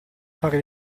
fare